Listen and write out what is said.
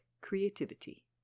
Creativity